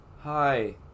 hi